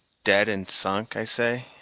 dead and sunk, i say,